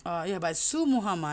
ah ya but Su Muhammad